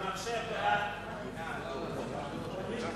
סעיף 22,